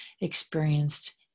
experienced